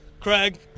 Craig